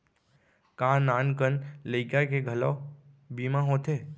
का नान कन लइका के घलो बीमा होथे?